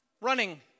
running